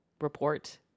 report